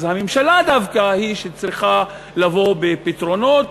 אז הממשלה דווקא היא שצריכה לבוא בפתרונות,